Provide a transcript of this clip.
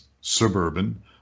suburban